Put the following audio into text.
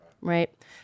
right